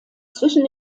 zwischen